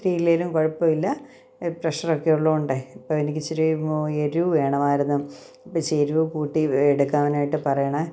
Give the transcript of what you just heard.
ഇത്തിരി ഇല്ലെങ്കിലും കുഴപ്പം ഇല്ല ഈ പ്രഷറൊക്കെ ഉള്ളത് കൊണ്ട് അപ്പോൾ എനിക്ക് ഇച്ചിരി എരിവ് വേണമായിരുന്നു ഇച്ചിരി എരിവ് കൂട്ടി എടുക്കാനായിട്ട് പറയണേ